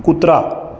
कुत्रा